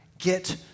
Get